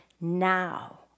Now